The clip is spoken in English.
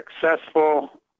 successful